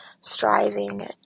striving